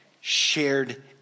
shared